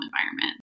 environment